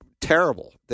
terrible